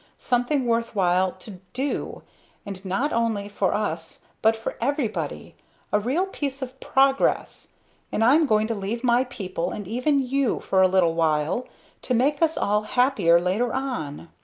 something worth while to do and not only for us but for everybody a real piece of progress and i'm going to leave my people and even you for a little while to make us all happier later on.